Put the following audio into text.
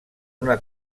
una